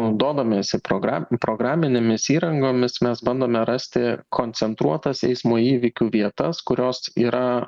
naudodamiesi progra programinėmis įrangomis mes bandome rasti koncentruotas eismo įvykių vietas kurios yra